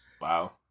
Wow